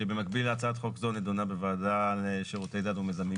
שבמקביל להצעת חוק זו נידונה בוועדה לשירותי דת ומיזמים